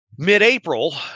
mid-April